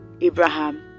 Abraham